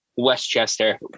Westchester